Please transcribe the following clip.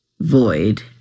void